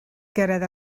gyrraedd